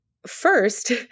First